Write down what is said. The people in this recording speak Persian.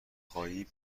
خوای